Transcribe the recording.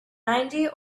ninety